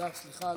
סליחה על,